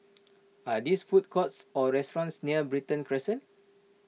are these food courts or restaurants near Brighton Crescent